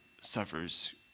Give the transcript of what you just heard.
suffers